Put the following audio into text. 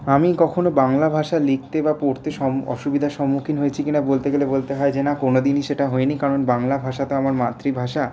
আমি কখনও বাংলা ভাষা লিখতে বা পড়তে অসুবিধার সম্মুখীন হয়েছি কিনা বলতে গেলে বলতে হয় যে না কোনদিনই সেটা হইনি কারণ বাংলা ভাষা তো আমার মাতৃভাষা